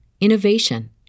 innovation